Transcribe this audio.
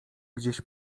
gdzieś